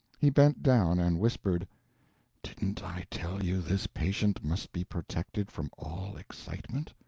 he bent down and whispered didn't i tell you this patient must be protected from all excitement?